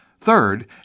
Third